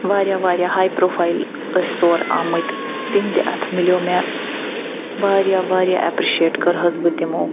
واریاہ واریاہ hi profile ٲسۍ تور آمٕتۍ تہنٛدِ اَتھہٕ مِلیٛو مےٚ واریاہ واریاہ ایٚپرِشیٹ کٔرہٲس بہٕ تِمو